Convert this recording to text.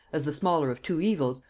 as the smaller of two evils,